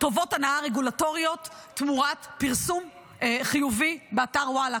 טובות הנאה רגולטוריות תמורת פרסום חיובי באתר וואלה.